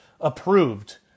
approved